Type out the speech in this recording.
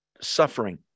suffering